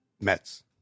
Mets